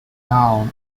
town